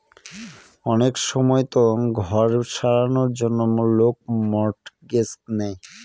অনেক সময়তো ঘর সারানোর জন্য লোক মর্টগেজ নেয়